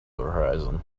horizon